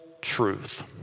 truth